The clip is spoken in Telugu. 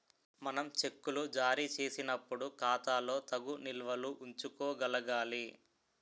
మనం చెక్కులు జారీ చేసినప్పుడు ఖాతాలో తగు నిల్వలు ఉంచుకోగలగాలి